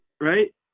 right